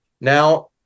Now